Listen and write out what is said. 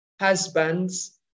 husbands